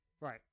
Right